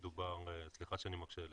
סליחה שאני מקשה.